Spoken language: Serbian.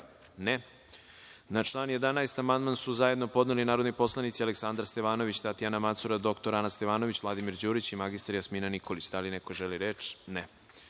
Hvala. Na član 25. amandman su zajedno podneli narodni poslanici Aleksandar Stevanović, Tatjana Macura, dr Ana Stevanović, Vladimir Đurić i mr Jasmina Nikolić. Da li neko želi reč?